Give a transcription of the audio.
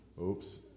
Oops